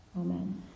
Amen